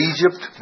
Egypt